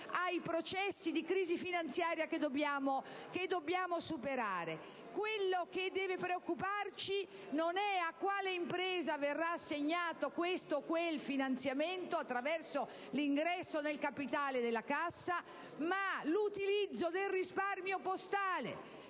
ai processi di crisi finanziaria che dobbiamo superare. Quello che deve preoccuparci non è a quale impresa verrà assegnato questo o quel finanziamento attraverso l'ingresso nel capitale della Cassa, ma l'utilizzo del risparmio postale: